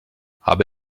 habe